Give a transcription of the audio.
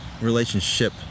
Relationship